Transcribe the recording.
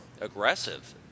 aggressive